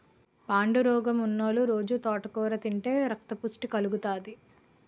పాండురోగమున్నోలు రొజూ తోటకూర తింతే రక్తపుష్టి కలుగుతాది